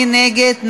מי נגד?